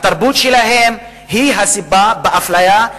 התרבות שלהם הן הסיבה לאפליה,